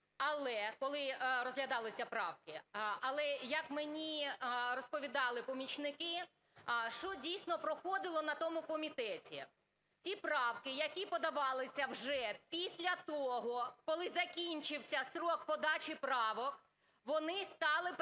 але, коли розглядалися правки, але як мені розповідали помічники, що дійсно проходило на тому комітеті: ті правки, які подавалися вже після того, коли закінчився строк подачі правок, вони стали прийматися